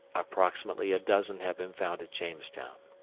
approximately a dozen have been found at jamestown.